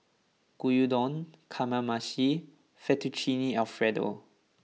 Gyudon Kamameshi Fettuccine Alfredo